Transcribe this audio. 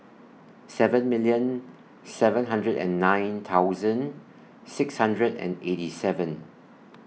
seven million seven hundred and nine thousand six hundred and eighty seven